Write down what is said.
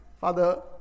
father